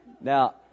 Now